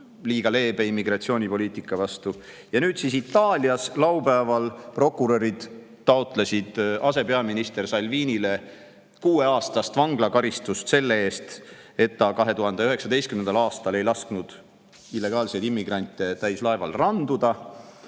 liiga leebe immigratsioonipoliitika vastu. Laupäeval Itaalias taotlesid prokurörid asepeaminister Salvinile kuueaastast vanglakaristust selle eest, et ta 2019. aastal ei lasknud illegaalseid immigrante täis laeval randuda.